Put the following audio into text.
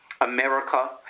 America